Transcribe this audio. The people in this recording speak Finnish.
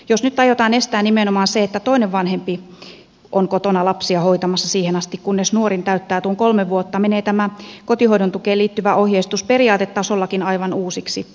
jos nyt aiotaan estää nimenomaan se että toinen vanhempi on kotona lapsia hoitamassa siihen asti kunnes nuorin täyttää tuon kolme vuotta menee tämä kotihoidon tukeen liittyvä ohjeistus periaatetasollakin aivan uusiksi